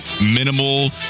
minimal